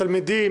התלמידים,